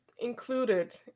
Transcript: included